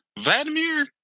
Vladimir